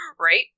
right